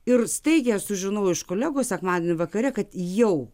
ir staigiai aš sužinau iš kolegų sekmadienį vakare kad jau